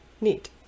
Neat